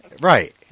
Right